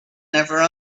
never